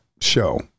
show